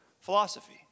philosophy